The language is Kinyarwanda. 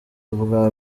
ubwa